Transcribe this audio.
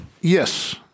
Yes